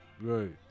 Right